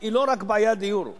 היא לא רק בעיית דיור.